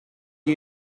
you